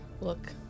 look